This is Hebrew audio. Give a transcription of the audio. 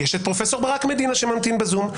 פרופ' ברק מדינה ממתין בזום.